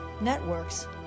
networks